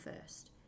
first